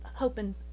hoping